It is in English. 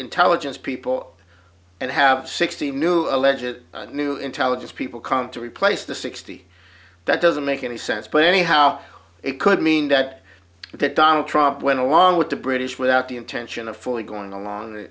intelligence people and have sixty new alleges new intelligence people come to replace the sixty that doesn't make any sense but anyhow it could mean that that donald trump went along with the british without the intention of fully going along